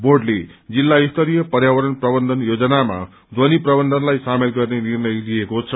बोर्डले जिल्ला स्तरीय पर्यावरण प्रबन्धन योजनामा ध्वनि प्रबन्धनलाई सामेल गर्ने निर्णय लिएको छ